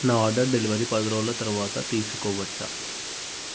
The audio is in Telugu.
నా ఆర్డర్ డెలివరీ పది రోజులు తరువాత తీసుకోవచ్చా